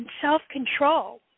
self-control